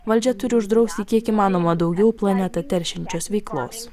valdžia turi uždrausti kiek įmanoma daugiau planetą teršiančios veiklos